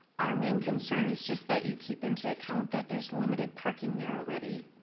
our main concern is just that you keep into account that there's limited parking there already.